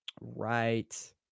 Right